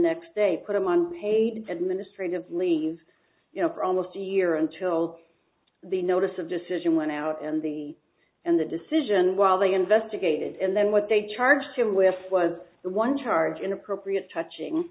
next day put him on paid administrative leave you know for almost a year until the notice of decision went out and the and the decision while they investigated and then what they charged him with was the one charge inappropriate touching